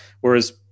Whereas